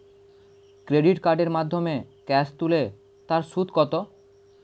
Credit কার্ডের মাধ্যমে cash তুলে তার সুদ কত?